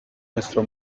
nuestro